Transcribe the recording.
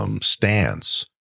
stance